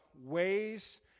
ways—